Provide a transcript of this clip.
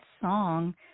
song